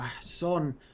Son